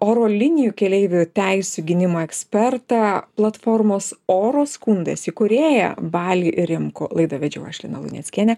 oro linijų keleivių teisių gynimo ekspertą platformos oro skundas įkūrėją balį rimkų laidą vedžiau aš lina luneckienė